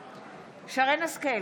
בעד שרן מרים השכל,